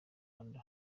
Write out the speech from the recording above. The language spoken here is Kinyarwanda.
rwanda